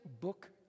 book